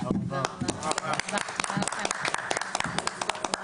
הישיבה ננעלה בשעה 14:33.